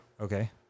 Okay